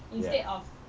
yes